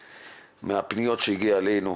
ומהפניות שהגיעו אלינו,